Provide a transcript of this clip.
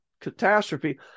catastrophe